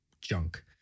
junk